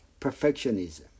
perfectionism